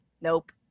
nope